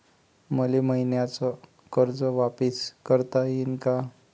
मले मईन्याचं कर्ज वापिस करता येईन का?